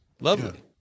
Lovely